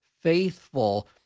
faithful